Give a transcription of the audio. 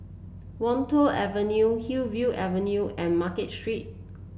Wan Tho Avenue Hillview Avenue and Market Street